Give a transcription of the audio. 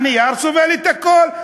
הנייר סובל את הכול,